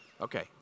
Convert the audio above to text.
Okay